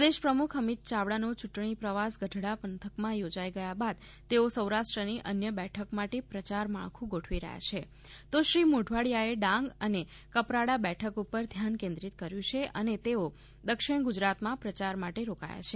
પ્રદેશ પ્રમુખ અમિત ચાવડાનો ચૂંટણી પ્રવાસ ગઢડા પંથકમાં યોજાઈ ગયા બાદ તેઓ સૌરાષ્ટ્રની અન્ય બેઠક માટે પ્રચાર માળખું ગોઠવી રહ્યા છે તો શ્રી મોઢવાડિયાએ ડાંગ અને કપરાડા બેઠક ઉપર ધ્યાન કેન્દ્રિત કર્યું છે અને તેઓ દક્ષિણ ગુજરાતમાં પ્રચાર માટે રોકાયા છે